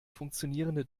funktionierende